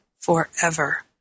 forever